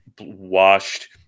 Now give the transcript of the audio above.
washed